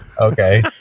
okay